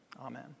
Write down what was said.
Amen